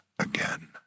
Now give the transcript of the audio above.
again